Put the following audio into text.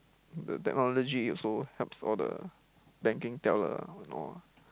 the technology also helps all the banking teller and all